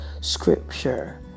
scripture